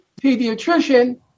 pediatrician